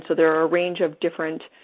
so there are a range of different